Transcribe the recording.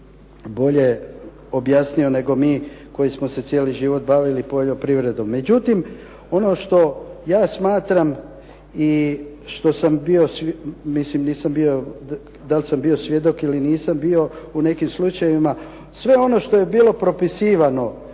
bolje objasnio nego mi koji smo se cijeli život bavili poljoprivrednom. Međutim, ono što ja smatram i što sam bio, mislim nisam bio, da li sam bio svjedok ili nisam bio u nekim slučajevima sve on što je bilo propisivano